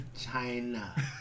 China